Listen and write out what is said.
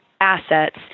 assets